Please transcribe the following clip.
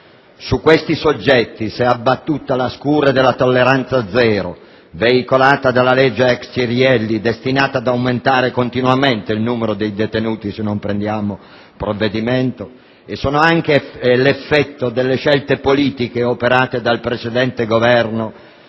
Su questi soggetti si è abbattuta la scure della tolleranza zero, veicolata dalla legge ex Cirielli, destinata ad aumentare continuamente il numero dei detenuti se non prendiamo provvedimento e sono anche l'effetto delle scelte politiche operate dal precedente Governo